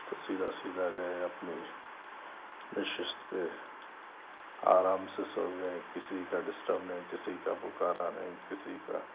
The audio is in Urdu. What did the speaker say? تو سیدھا سیدھا گئے اپنی نشست پہ آرام سے سو گئے کسی کا ڈسرب نہیں کسی کا پکارا نہیں کسی کا